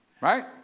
Right